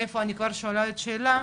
מאיפה, אני כבר שואלת שאלה.